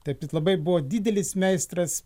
taip jis labai buvo didelis meistras